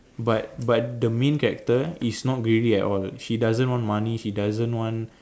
but but the main character is not greedy at all she doesn't want money she doesn't want